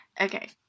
Okay